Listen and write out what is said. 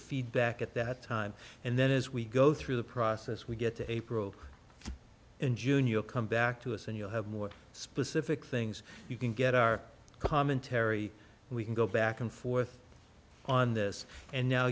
feedback at that time and then as we go through the process we get to april in june you'll come back to us and you'll have more specific things you can get our commentary and we can go back and forth on this and now